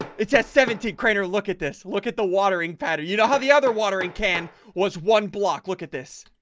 it's at seventeen crater look at this look at the watering pattern you know how the other watering can was one block look at this